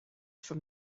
from